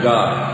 God